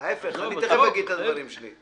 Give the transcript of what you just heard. ההיפך, אני תכף אגיד את הדברים שלי.